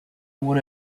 one